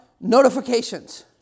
notifications